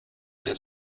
that